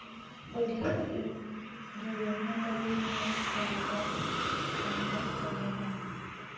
में बड़ी दूर रौह्नी आं ते नगरोटे आई आं पढ़ने ताईं